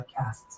podcasts